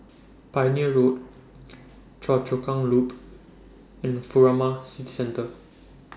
Pioneer Road Choa Chu Kang Loop and Furama City Centre